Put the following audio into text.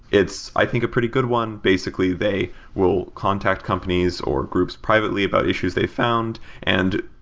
it's, i think, a pretty good one. basically, they will contact companies or groups privately about issues they found and,